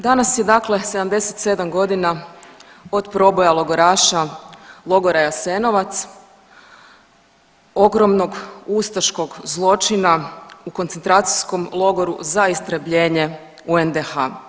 Danas je dakle 77 godina od proboja logoraša Logora Jasenovac ogromnog ustaškog zločina u koncentracijskom logoru za istrebljenje u NDH.